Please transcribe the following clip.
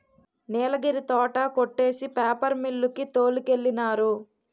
నీలగిరి తోట కొట్టేసి paper mill కి తోలికెళ్ళినారు